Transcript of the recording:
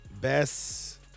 best